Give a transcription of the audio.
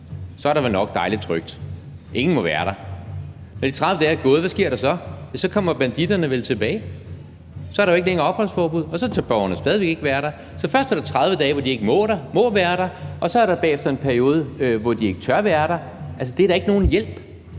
Så er der vel nok dejlig trygt. Ingen må være der. Når de 30 dage er gået, hvad sker der så? Så kommer banditterne vel tilbage. Så er der ikke længere opholdsforbud, og så tør borgerne stadig væk ikke være der. Så først er der 30 dage, hvor de ikke må være der, og så er der bagefter en periode, hvor de ikke tør være der. Det er da ikke nogen hjælp.